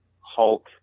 Hulk